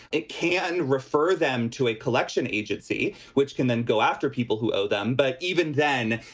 it can refer them to a collection agency which can then go after people who owe them but even then,